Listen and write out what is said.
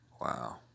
Wow